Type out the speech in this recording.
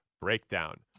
breakdown